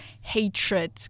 hatred